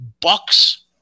Bucks